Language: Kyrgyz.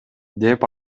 деп